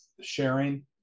sharing